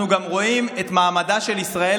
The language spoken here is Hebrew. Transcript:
אנחנו גם רואים את מעמדה של ישראל